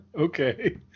Okay